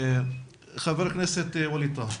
חבר הכנסת ווליד טאהא.